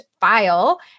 file